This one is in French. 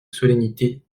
solennité